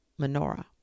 menorah